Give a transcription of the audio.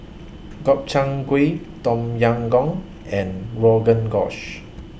Gobchang Gui Tom Yam Goong and Rogan Josh